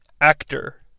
actor